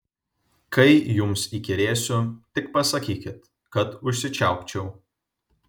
kai jums įkyrėsiu tik pasakykit kad užsičiaupčiau